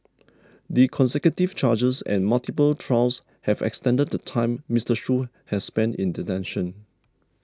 the consecutive charges and multiple trials have extended the time Mister Shoo has spent in detention